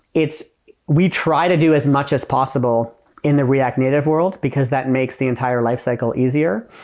it's we try to do as much as possible in the react native world because that makes the entire lifecycle easier.